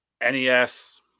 NES